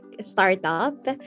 startup